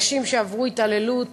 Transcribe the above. נשים שעברו התעללות